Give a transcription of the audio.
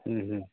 हूं हूं